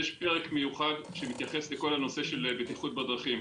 יש פרק מיוחד שמתייחס לכל הנושא של בטיחות בדרכים.